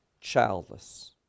childless